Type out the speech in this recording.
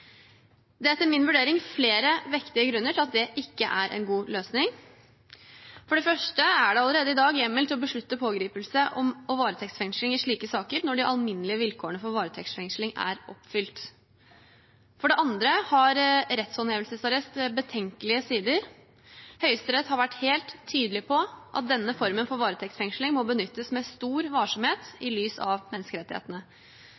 Det er etter min vurdering flere vektige grunner til at det ikke er en god løsning. For det første er det allerede i dag hjemmel til å beslutte pågripelse og varetektsfengsling i slike saker når de alminnelige vilkårene for varetektsfengsling er oppfylt. For det andre har rettshåndhevelsesarrest betenkelige sider. Høyesterett har vært helt tydelig på at denne formen for varetektsfengsling må benyttes med stor varsomhet